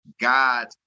God